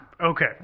Okay